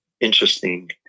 interesting